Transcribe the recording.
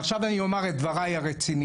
עכשיו אני אומר את דבריי הרציניים.